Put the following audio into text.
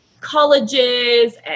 colleges